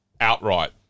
outright